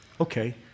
Okay